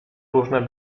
różne